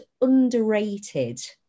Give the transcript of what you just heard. underrated